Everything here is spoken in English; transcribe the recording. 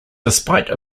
despite